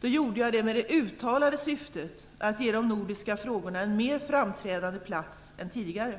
gjorde jag det med det uttalade syftet att ge de nordiska frågorna en mer framträdande plats än tidigare.